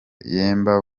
yemba